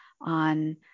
on